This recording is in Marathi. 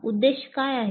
उद्देश काय आहे